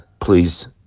please